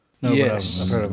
Yes